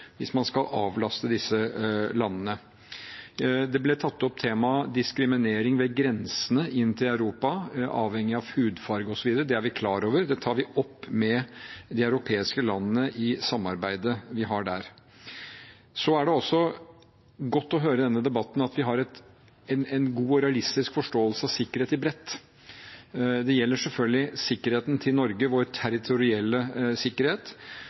hvis man skal avlaste disse landene. Det ble tatt opp temaet diskriminering ved grensene inn til Europa, avhengig av hudfarge osv. Det er vi klar over, det tar vi opp med de europeiske landene i samarbeidet vi har der. Så er det også godt å høre i denne debatten at vi har en god og realistisk forståelse av sikkerhet i bredt. Det gjelder selvfølgelig sikkerheten til Norge, vår territorielle sikkerhet,